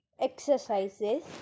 exercises